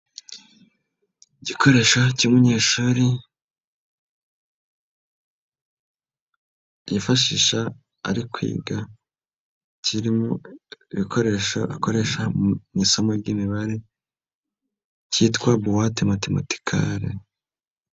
Igikoresho cy'umunyeshuri, yifashisha ari kwiga kirimo ibikoresho akoresha mu isomo ry'imibare, cyitwa buwate matematikare.